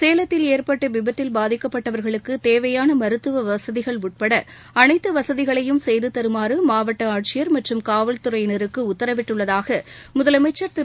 சேலத்தில் ஏற்பட்ட விபத்தில் பாதிக்கப்பட்டவர்களுக்கு தேவையான மருத்துவ வசதிகள் உட்பட அனைத்து வசதிகளையும் செய்து தருமாறு மாவட்ட ஆட்சியர் மற்றம் காவல்துறையினருக்கு உத்தரவிட்டுள்ளதாக முதலமைச்சர் திரு